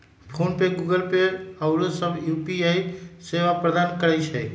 PhonePe, Google Pay आउरो सभ UPI सेवा प्रदान करै छै